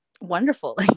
wonderful